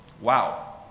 Wow